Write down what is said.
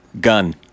gun